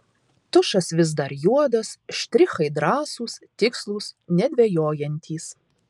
tušas vis dar juodas štrichai drąsūs tikslūs nedvejojantys